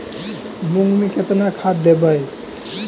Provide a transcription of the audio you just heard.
मुंग में केतना खाद देवे?